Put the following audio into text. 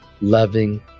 loving